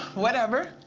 whatever.